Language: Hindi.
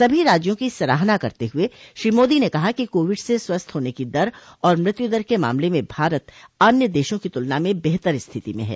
सभी राज्यों की सराहना करते हुए श्री मोदी ने कहा कि कोविड से स्वस्थ होने की दर और मृत्युदर के मामले में भारत अन्य देशों की तुलना में बेहतर स्थिति में है